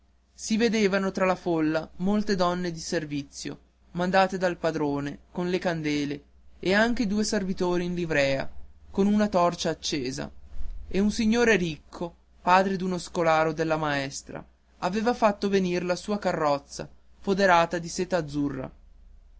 si vedevano tra la folla molte donne di servizio mandate dalle padrone con le candele e anche due servitori in livrea con una torcia accesa e un signore ricco padre d'uno scolaro della maestra aveva fatto venire la sua carrozza foderata di seta azzurra